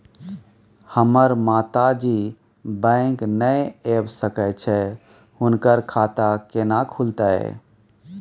हमर माता जी बैंक नय ऐब सकै छै हुनकर खाता केना खूलतै?